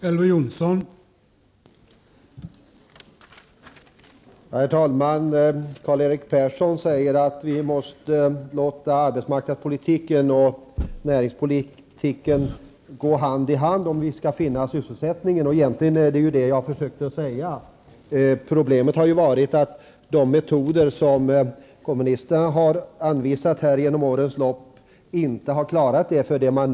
Herr talman! Karl-Erik Persson säger att vi måste låta arbetsmarknadspolitiken och näringspolitiken gå hand i hand om vi skall få sysselsättning. Egentligen är det detta jag försökte säga. Problemet har varit att de metoder som kommunisterna har anvisat under årens lopp inte har klarat av detta.